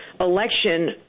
election